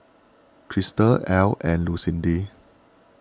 Christel ell and Lucindy